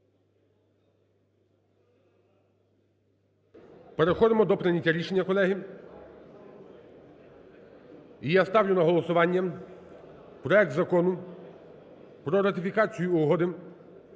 Переходимо до прийняття рішення, колеги. І я ставлю на голосування проект Закону про ратифікацію Угоди